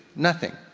nothing,